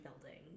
building